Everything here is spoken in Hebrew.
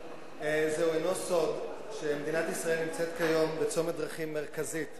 זהו אינו סוד שמדינת ישראל נמצאת כיום בצומת דרכים מרכזי,